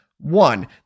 One